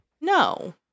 No